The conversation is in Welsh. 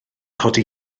codi